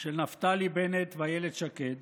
של נפתלי בנט ואילת שקד